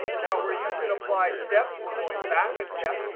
now we're using applied steps. we're going back a step.